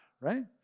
right